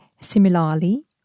Similarly